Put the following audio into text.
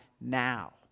now